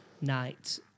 night